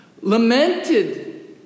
lamented